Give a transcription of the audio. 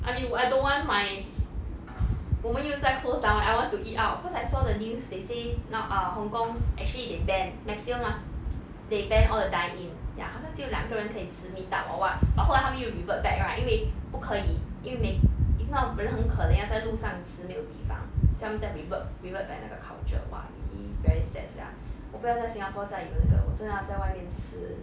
I mean I don't want my 我们又再 close down eh I want to eat out cause I saw the news they say not uh hong-kong actually they ban maximum must they ban all the dine in ya 好像只有两个人可以吃 meet up or what but 后来他们又 revert back right 因为不可以因为每 if not 人很可怜要在路上吃没有地方所以他们再 revert revert back 那个 culture !wah! really very sad [sial] 我不要在 singapore 再有那个我真的要在外面吃